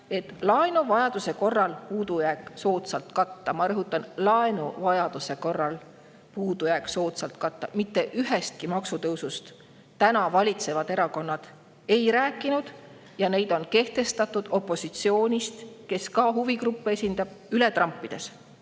et laenuvajaduse korral puudujääk soodsalt katta." Ma rõhutan: laenuvajaduse korral puudujääk soodsalt katta. Mitte ühestki maksutõusust täna valitsevad erakonnad ei rääkinud. Neid on kehtestatud opositsioonist, kes ka huvigruppe esindab, üle trampides,